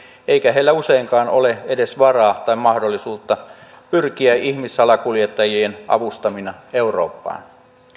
eikä heillä useinkaan ole edes varaa tai mahdollisuutta pyrkiä ihmissalakuljettajien avustamina eurooppaan